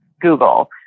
Google